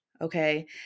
okay